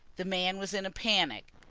the man was in a panic,